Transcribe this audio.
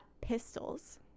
pistols